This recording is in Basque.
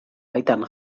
baitan